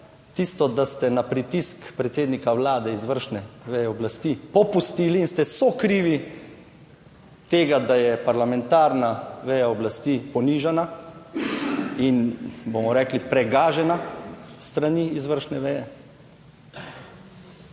tisto, da ste na pritisk predsednika Vlade, izvršne veje oblasti, popustili in ste sokrivi tega, da je parlamentarna veja oblasti ponižana in bomo rekli pregažena s strani izvršne veje,